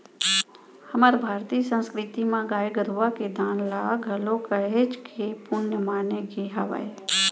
हमर भारतीय संस्कृति म गाय गरुवा के दान ल घलोक काहेच के पुन्य माने गे हावय